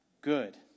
good